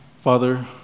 Father